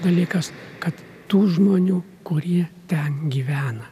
dalykas kad tų žmonių kurie ten gyvena